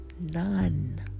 None